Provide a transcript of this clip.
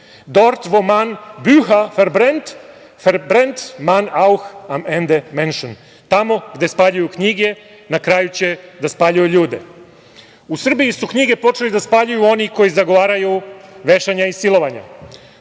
„Dort wo man Bücher verbrennt, verbrennt man auch am Ende Menschen“ – „Tamo gde spaljuju knjige, na kraju će da spaljuju ljude.U Srbiji su knjige počeli da spaljuju oni koji zagovaraju vešanja i silovanja.